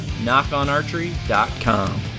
knockonarchery.com